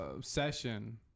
session